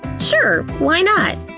sure, why not?